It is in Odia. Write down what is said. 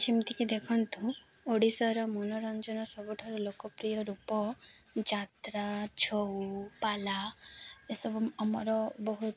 ଯେମିତିକି ଦେଖନ୍ତୁ ଓଡ଼ିଶାର ମନୋରଞ୍ଜନ ସବୁଠାରୁ ଲୋକପ୍ରିୟ ରୂପ ଯାତ୍ରା ଛଉ ପାଲା ଏସବୁ ଆମର ବହୁତ